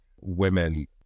Women